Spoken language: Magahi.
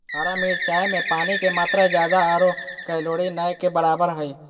हरा मिरचाय में पानी के मात्रा ज्यादा आरो कैलोरी नय के बराबर हइ